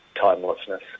timelessness